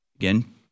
Again